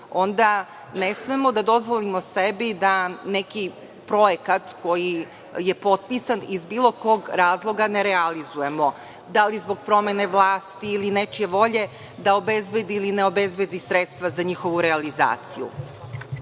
onda ne smemo da dozvolimo sebi da neki projekat koji je potpisan iz bilo kog razloga ne realizujemo da li zbog promene vlasti ili nečije volje da obezbedi ili ne obezbedi sredstva za njihovu realizaciju. Dugo,